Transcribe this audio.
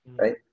right